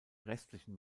restlichen